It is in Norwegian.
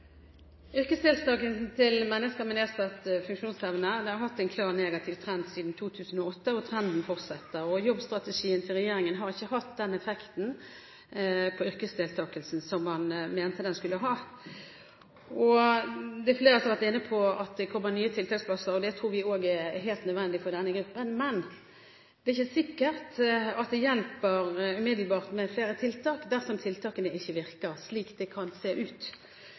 til mennesker med nedsatt funksjonsevne har hatt en klar negativ trend siden 2008, og trenden fortsetter. Jobbstrategien til regjeringen har ikke hatt den effekten på yrkesdeltakelsen som man mente at den skulle ha. Det er flere som har vært inne på at det kommer nye tiltaksplasser. Det tror vi også er helt nødvendig for denne gruppen. Men det er ikke sikkert at det hjelper umiddelbart med flere tiltak dersom tiltakene ikke virker, slik det kan se ut